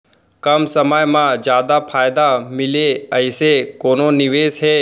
कम समय मा जादा फायदा मिलए ऐसे कोन निवेश हे?